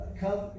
come